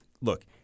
look